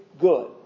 good